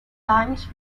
times